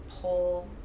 pull